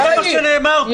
זה מה שנאמר פה.